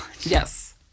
Yes